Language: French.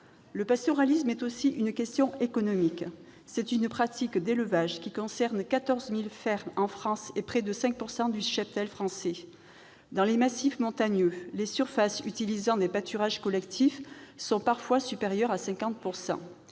Le pastoralisme est aussi une question économique. C'est une pratique d'élevage qui concerne 14 000 fermes en France et près de 5 % du cheptel français. Dans les massifs montagneux, les pâturages collectifs utilisent parfois plus de 50